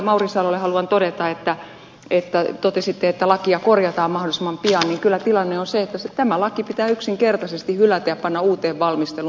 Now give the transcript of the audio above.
mauri salolle haluan todeta kun totesitte että lakia korjataan mahdollisimman pian niin kyllä tilanne on se että tämä laki pitää yksinkertaisesti hylätä ja panna uuteen valmisteluun